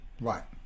Right